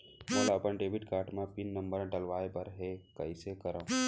मोला अपन debit card म पिन नंबर डलवाय बर हे कइसे करव?